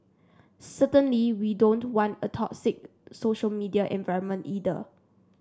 certainly we don't want a toxic social media environment either